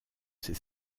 ces